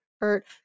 hurt